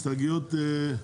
הסתייגויות לא עברו.